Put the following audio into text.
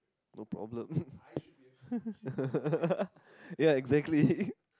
no problem ya exactly